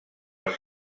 els